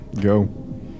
go